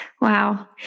Wow